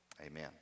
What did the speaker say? Amen